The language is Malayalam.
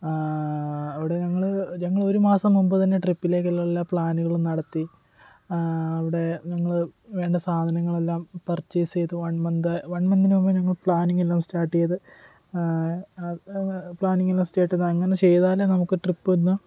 അവിടെ ഞങ്ങൾ ഞങ്ങൾ ഒരു മാസം മുമ്പ് തന്നെ ട്രിപ്പിലേക്കുള്ള എല്ലാ പ്ലാനുകളും നടത്തി അവിടെ ഞങ്ങൾ വേണ്ട സാധനങ്ങളെല്ലാം പർച്ചേസ് ചെയ്തു വൺ മന്ത് വൺ മന്തിന് മുൻപ് പ്ലാനിങ് എല്ലാം സ്റ്റാർട്ട് ചെയ്ത് പ്ലാനിങ് എല്ലാം സ്റ്റാർട്ട് ചെയ്ത് അങ്ങനെ ചെയ്താലേ നമുക്ക് ട്രിപ്പ് ഒന്ന്